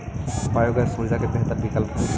biogas ऊर्जा के बेहतर विकल्प हई